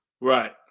right